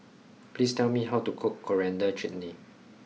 please tell me how to cook Coriander Chutney